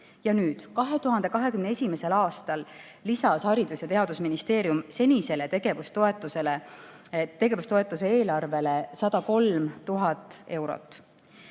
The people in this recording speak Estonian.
2021. aastal lisas Haridus- ja Teadusministeerium senisele tegevustoetuse eelarvele 103 000 eurot.